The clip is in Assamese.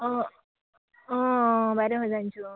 অঁ অঁ অঁ বাইদেউ আছোঁ